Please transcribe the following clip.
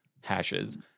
hashes